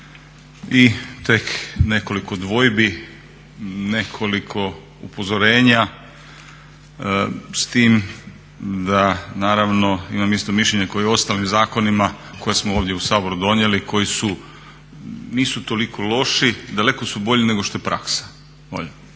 i tek nekoliko dvojbi, nekoliko upozorenja s tim da naravno imam isto mišljenje kao i o ostalim zakonima koje smo ovdje u Saboru donijeli, koji nisu toliko loši, daleko su bolji nego što je praksa.